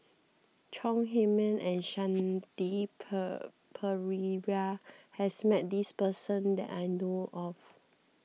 Chong Heman and Shanti Pereira has met this person that I know of